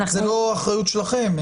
זאת לא אחריות שלכם.